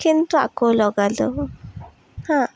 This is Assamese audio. কিন্তু আকৌ লগালোঁ হা